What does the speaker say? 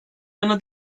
yana